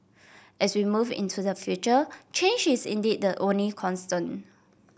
as we move into the future change is indeed the only constant